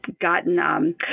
gotten